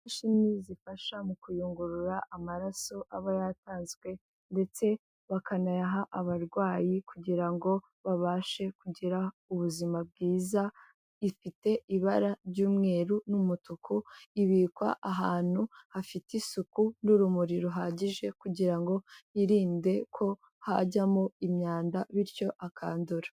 Imashini zifasha mu kuyungurura amaraso aba yatanzwe ndetse bakanayaha abarwayi kugira ngo babashe kugira ubuzima bwiza, ifite ibara ry'umweru n'umutuku, ibikwa ahantu hafite isuku n'urumuri ruhagije kugira ngo birinde ko hajyamo imyanda bityo akandura.